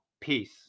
Peace